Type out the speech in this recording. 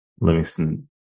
Livingston